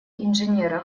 инженера